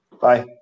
Bye